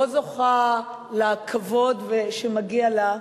לא זוכה לכבוד שמגיע לה.